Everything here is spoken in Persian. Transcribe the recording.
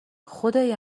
خدای